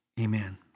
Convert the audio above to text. Amen